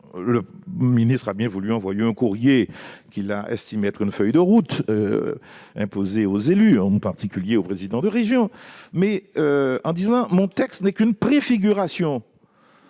Le ministre a bien voulu envoyer un courrier qu'il a présenté comme une feuille de route imposée aux élus, en particulier au président de région, indiquant que son texte n'était « qu'une préfiguration ».